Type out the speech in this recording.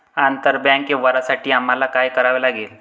आंतरबँक व्यवहारांसाठी आम्हाला काय करावे लागेल?